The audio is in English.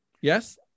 yes